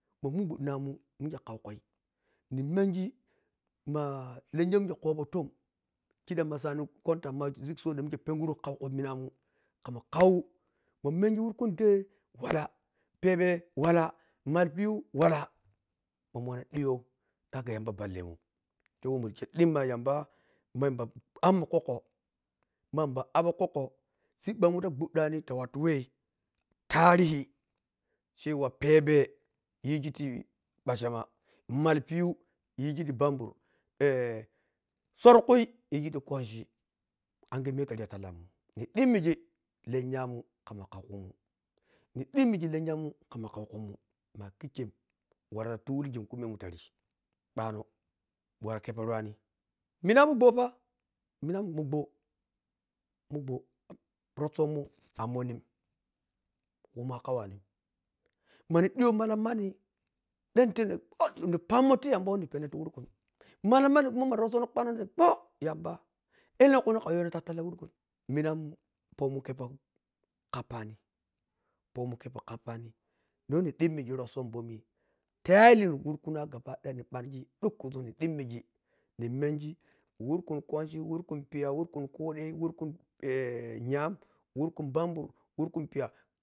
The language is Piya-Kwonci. Maminguɗɗinamun mike kau khui nimengi ma lenya who mikkei kobo ton kiɗan ma sani contact ma zik sunda mike beguru kauku minamum kamakau ma mengi wurkun day loala, pebe wala malpiu wala mamu wanna ɗhiyiu age kmba whe ballamun toh muti ɗimmmi yamba ma yamba abmun kokko ma yamba aɓo kokko siɓɓamun ta guɗɗani ta watu whe tarihi cewa pebe yigi ti bachama, malppiu yigi bambur eh sor khui yigita kwanchi ange miya who tari yatallamun ni ɗinmigi lenyamun kamma kaukunum ma kikken wara ta tuligin kumemun rari ɓano, wara keppi ruwani minamun rossomun amo nnin khumun akawani mani ɗhiyo maka manni ɗanni tebna op nindi pammo ti yamba wheni penna tiya wurkun makan mmanni kuma ma rossono kwano na ɓho yamba elenkuni ka yoweno ta talla wurku minamun pomun kkkheppou kappani porun keppou kaappani bom ni dimmmigi rossom mbomi tel you wurkwanawa gaba ɗaya ni ɓangi dukku sun ni ɗinmigi ni mengi wurkun kwanchi wurkun piya, wurkun kode wurkun nyam, wurkun banbur, wurkum piya.